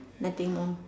nothing more